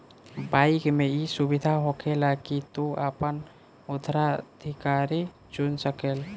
bike मे ई सुविधा होखेला की तू आपन उत्तराधिकारी चुन सकेल